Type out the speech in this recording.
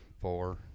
four